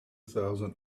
thousand